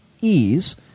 ease